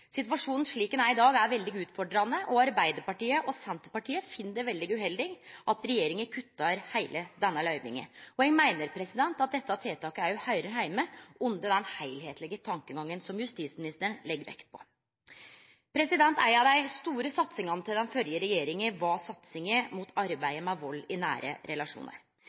Situasjonen slik den er i dag, er veldig utfordrande. Arbeidarpartiet og Senterpartiet finn det veldig uheldig at regjeringa kuttar heile denne løyvinga. Eg meiner at dette tiltaket òg høyrer heime under den heilskaplege tankegangen som justisministeren legg vekt på. Ei av dei store satsingane til den førre regjeringa var arbeidet mot vald i nære relasjonar.